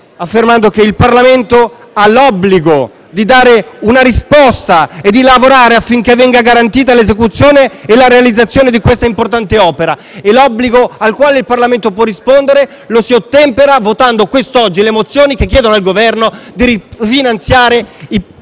affermando che il Parlamento ha l'obbligo di dare una risposta e di lavorare affinché venga garantita l'esecuzione e la realizzazione di questa importante opera e quest'obbligo, al quale il Parlamento deve rispondere, lo si ottempera votando quest'oggi le mozioni che chiedono al Governo di rifinanziare i progetti